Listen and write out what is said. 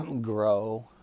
grow